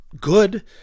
good